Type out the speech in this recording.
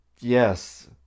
Yes